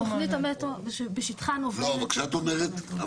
תוכנית המטרו שבשטחה --- אבל כשאת אומרת,